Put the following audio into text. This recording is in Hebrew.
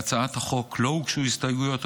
להצעת החוק לא הוגשו הסתייגויות,